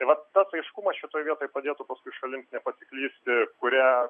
tai vat tas aiškumas šitoj vietoj padėtų paskui šalims nepasiklysti kurią